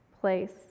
place